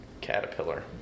caterpillar